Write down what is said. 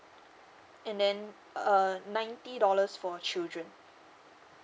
and then uh ninety dollars for children